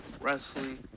Wrestling